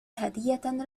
هدية